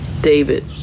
David